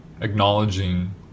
acknowledging